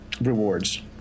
rewards